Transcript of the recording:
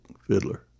fiddler